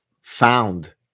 found